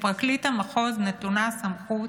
לפרקליט המחוז נתונה הסמכות